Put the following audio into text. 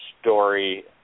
story